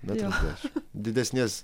metras dešimt didesnės